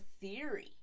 theory